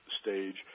stage